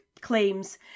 claims